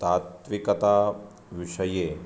तात्विकता विषये